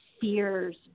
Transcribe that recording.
fears